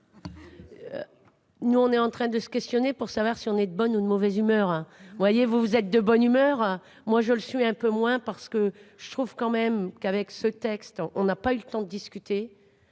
Nous on est en train de se questionner pour savoir si on est de bonne ou de mauvaise humeur. Vous voyez, vous, vous êtes de bonne humeur. Moi je le suis un peu moins parce que je trouve quand même qu'avec ce texte on n'a pas eu le temps de discuter.